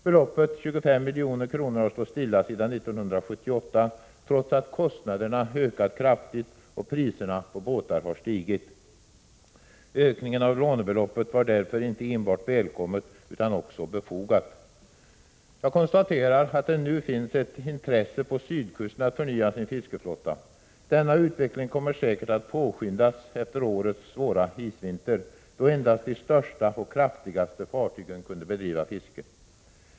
Beloppet 25 milj.kr. har stått stilla sedan 1978, trots att kostnaderna ökat kraftigt och priserna på båtar stigit. Ökningen av lånebeloppet var därför inte enbart välkommen utan också befogad. Jag konstaterar att det nu finns ett intresse på sydkusten att förnya fiskeflottan. Denna utveckling kommer säkert att påskyndas efter årets svåra isvinter, då endast de största och kraftigaste fartygen kunnat bedriva fiske.